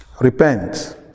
Repent